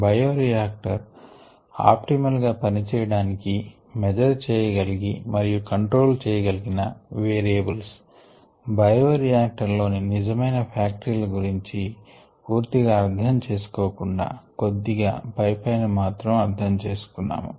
bioreactor optimal గా పనిచేయడానికి measure చేయగలిగి మరియు కంట్రోల్ చేయగలిగిన వేరియబుల్స్ బయోరియాక్టర్ లోని నిజమైన ఫ్యాక్టరీల గురించి పూర్తిగా అర్ధం చేసుకోకుండా కొద్దిగా పై పైన మాత్రం అర్ధం చేసుకున్నాము